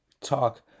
talk